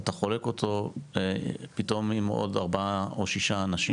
אתה חולק אותו פתאום עם עוד ארבעה או שישה אנשים.